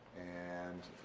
and